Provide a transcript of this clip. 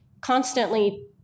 constantly